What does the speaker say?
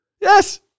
Yes